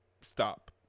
Stop